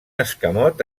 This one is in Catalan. escamot